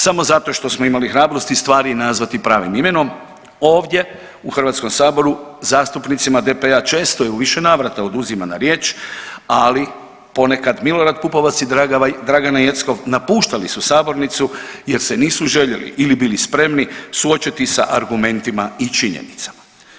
Samo zato što smo imali hrabrosti stvari nazvati pravim imenom ovdje u Hrvatskom saboru zastupnicima DP-a često je u više navrata oduzimana riječ, ali ponekad Milorad Pupovac i Dragana Jeckov napuštali su sabornicu jer se nisu željeli ili bili spremni suočiti sa argumentima i činjenicama.